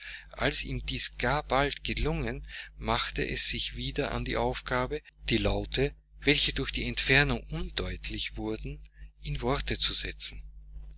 als ihm dies gar bald gelungen machte es sich wieder an die aufgabe die laute welche durch die entfernung undeutlich wurden in worte zu setzen